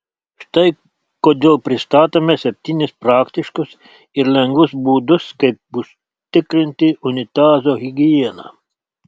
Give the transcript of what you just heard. štai kodėl pristatome septynis praktiškus ir lengvus būdus kaip užtikrinti unitazo higieną